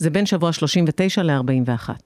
זה בין שבוע 39 ל-41.